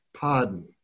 pardon